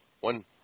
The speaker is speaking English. one